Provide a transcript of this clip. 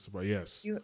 Yes